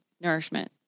nourishment